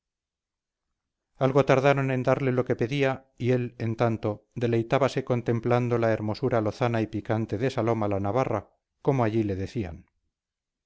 algo tardaron en darle lo que pedía y él en tanto deleitábase contemplando la hermosura lozana y picante de saloma la navarra como allí le decían